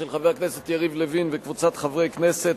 של חבר הכנסת יריב לוין וקבוצת חברי הכנסת,